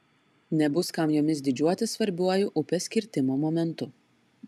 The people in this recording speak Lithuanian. nebus kam jomis didžiuotis svarbiuoju upės kirtimo momentu